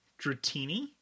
Dratini